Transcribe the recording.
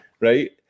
right